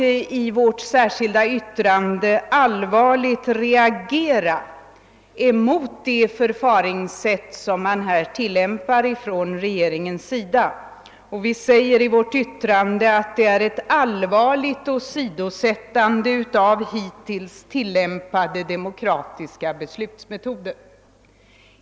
I mittenpartiernas särskilda yttrande till utskottets betänkande har vi starkt reagerat mot regeringens förfaringssätt i detta fall och skriver att det är »ett allvarligt åsidosättande av hittills tilllämpade demokratiska beslutsmetoder».